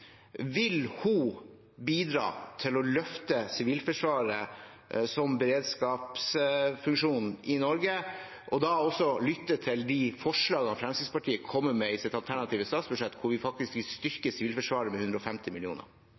Vil hun bidra til å løfte Sivilforsvaret som beredskapsfunksjon i Norge, og da lytte til de forslagene Fremskrittspartiet kommer med i vårt alternative statsbudsjett, hvor vi faktisk vil styrke Sivilforsvaret med 150